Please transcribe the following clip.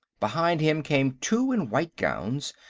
behind him came two in white gowns,